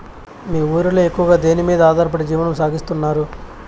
మీ ఊరిలో ఎక్కువగా దేనిమీద ఆధారపడి జీవనం సాగిస్తున్నారు?